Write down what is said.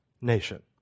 nation